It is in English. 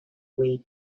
way